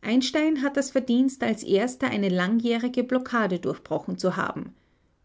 einstein hat das verdienst als erster eine langjährige blockade durchbrochen zu haben